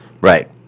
right